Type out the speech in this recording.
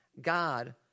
God